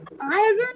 iron